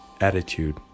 attitude